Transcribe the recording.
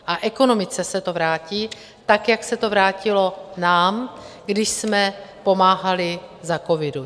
A ekonomice se to vrátí, tak jak se to vrátilo nám, když jsme pomáhali za covidu.